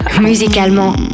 Musicalement